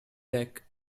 deck